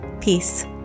Peace